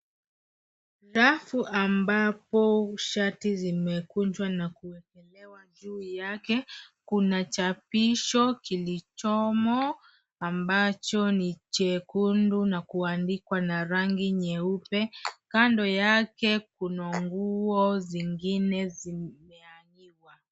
Rafu ambapo shati zimekunjwa na kuwekelewa juu yake. Kuna chapisho lkilichomo ambacho ni chekundu na kuandikwa na rangi nyeupe. Kando yake kuna nguo zingine zimehang'iwa.